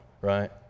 right